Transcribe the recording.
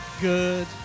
good